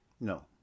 No